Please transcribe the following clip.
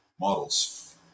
models